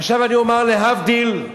עכשיו אני אומר, להבדיל,